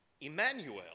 Emmanuel